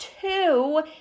two